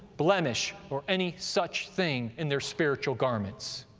blemish or any such thing in their spiritual garments.